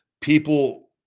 People